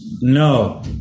No